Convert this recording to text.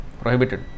prohibited